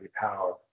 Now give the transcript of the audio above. power